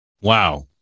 Wow